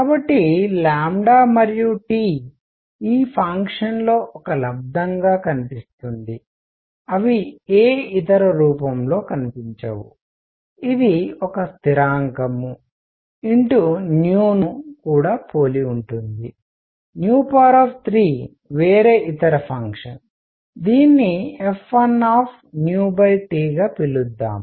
కాబట్టి మరియు T ఈ ఫంక్షన్ లో ఒక లబ్దంగా కనిపిస్తుంది అవి ఏ ఇతర రూపంలో కనిపించవు ఇది ఒక స్థిరాంకం న్యూను కూడా పోలి ఉంటుంది 3 వేరే ఇతర ఫంక్షన్ దీన్ని F1Tగా పిలుద్దాం